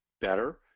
better